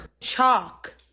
Chalk